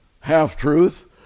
half-truth